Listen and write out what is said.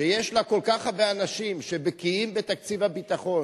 שיש לה כל כך הרבה אנשים שבקיאים בתקציב הביטחון,